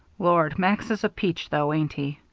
lord, max is a peach, though, ain't he.